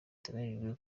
iteganyijwe